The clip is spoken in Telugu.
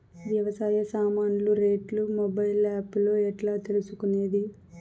వ్యవసాయ సామాన్లు రేట్లు మొబైల్ ఆప్ లో ఎట్లా తెలుసుకునేది?